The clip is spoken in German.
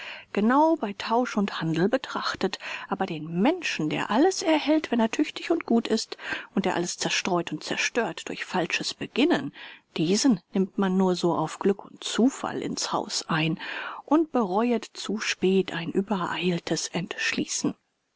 genau bei tausch und handel betrachtet aber den menschen der alles erhält wenn er tüchtig und gut ist und der alles zerstreut und zerstört durch falsches beginnen diesen nimmt man nur so auf glück und zufall in's haus ein und bereuet zu spät ein übereiltes entschließen